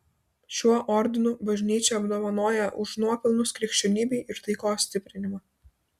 šiuo ordinu bažnyčia apdovanoja už nuopelnus krikščionybei ir taikos stiprinimą